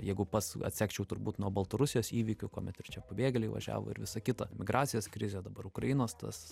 jeigu pats atsekčiau turbūt nuo baltarusijos įvykių kuomet ir čia pabėgėliai važiavo ir visa kita migracijos krizė dabar ukrainos tas